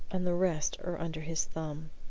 and the rest are under his thumb.